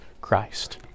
Christ